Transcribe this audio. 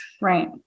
right